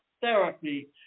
therapy